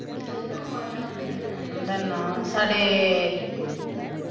उं'दा नाम साढ़े